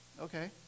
Okay